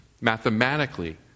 Mathematically